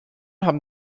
haben